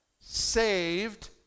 saved